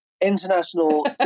international